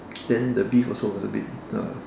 then the beef also a bit uh